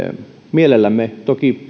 mielellämme toki